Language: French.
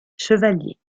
chevalier